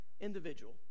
Individual